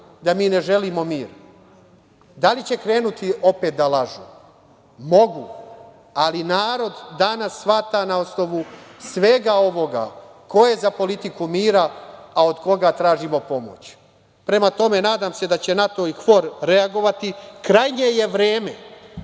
da mi ne želimo mir? Da li će krenuti opet da lažu. Mogu. Ali, narod danas shvata na osnovu svega ovoga ko je za politiku mira, a od koga tražimo pomoć. Prema tome, nadam se da će NATO i KFOR reagovati. Krajnje je vreme,